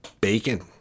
bacon